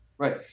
Right